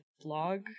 blog